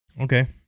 Okay